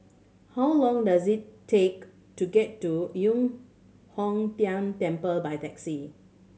how long does it take to get to Yu Hong Tian Temple by taxi